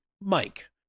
Mike